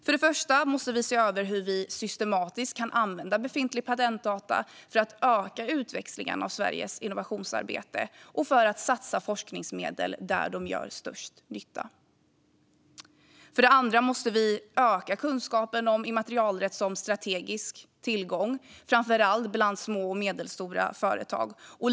För det första måste vi se över hur vi systematiskt kan använda befintliga patentdata för att öka utväxlingen av Sveriges innovationsarbete och för att satsa forskningsmedel där de gör störst nytta. För det andra måste vi öka kunskapen om immaterialrätt som strategisk tillgång, framför allt bland små och medelstora företag.